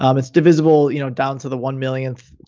um it's divisible you know down to the one millionth,